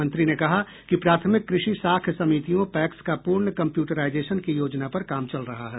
मंत्री ने कहा कि प्राथमिक कृषि साख समितियों पैक्स का पूर्ण कम्प्यूटराइजेशन की योजना पर काम चल रहा है